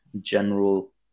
general